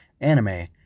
anime